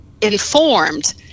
informed